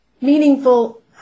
meaningful